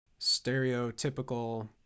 stereotypical